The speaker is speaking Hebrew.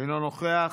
אינו נוכח.